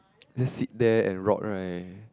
just sit there and rot right